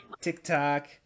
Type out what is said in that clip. TikTok